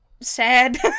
sad